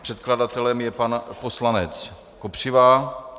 Předkladatelem je pan poslanec Kopřiva.